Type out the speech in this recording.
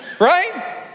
right